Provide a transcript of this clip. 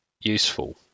useful